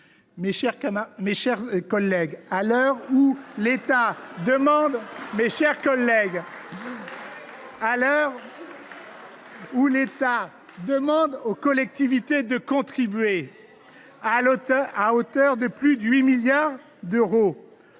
mes chers collègues, à l’heure où l’État demande aux collectivités de contribuer à hauteur de plus de 8 milliards d’euros